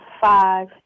five